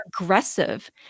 aggressive